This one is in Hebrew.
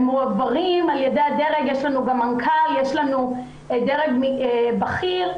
יש לנו מנכ"ל ויש לנו דרג בכיר.